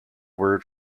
word